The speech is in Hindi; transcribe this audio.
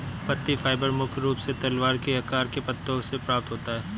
पत्ती फाइबर मुख्य रूप से तलवार के आकार के पत्तों से प्राप्त होता है